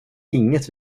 inget